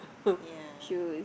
ya